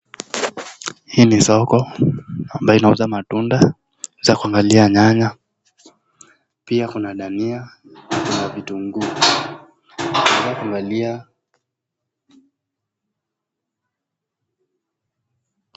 Hii ni soko ambayo inauza matunda. Tunaweza kuangalia nyanya, pia kuna dania na vitunguu. Tunaweza kuangalia.